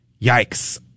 Yikes